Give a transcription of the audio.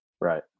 Right